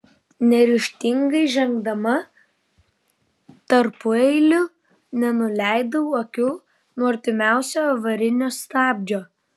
neryžtingai žengdama tarpueiliu nenuleidau akių nuo artimiausio avarinio stabdžio